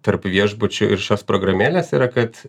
tarp viešbučių ir šios programėlės yra kad